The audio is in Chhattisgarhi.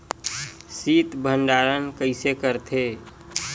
शीत भंडारण कइसे करथे?